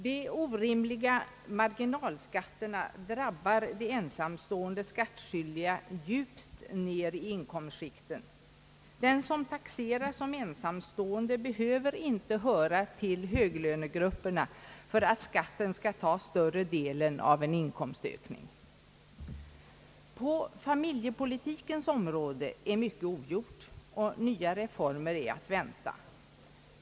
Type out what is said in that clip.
De orimliga marginalskatterna drabbar ensamstående skattskyldiga djupt ned i inkomstskikten. Den som taxeras som ensamstående behöver inte höra till höglönegrupperna för att skatten skall ta större delen av en inkomstökning. På familjepolitikens område är mycket ogjort, och nya reformer är att vänta.